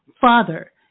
father